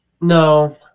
No